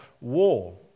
war